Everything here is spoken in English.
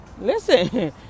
listen